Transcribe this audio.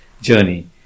journey